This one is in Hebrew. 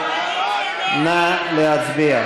הרצוג, ציפי לבני,